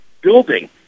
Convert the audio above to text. building